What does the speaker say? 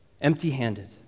empty-handed